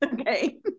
Okay